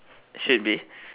should be